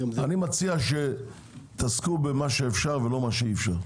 מציע שתתעסקו במה שאפשר ולא במה שאי אפשר.